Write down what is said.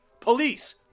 Police